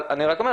אבל אני רק אומר,